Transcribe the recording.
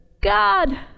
God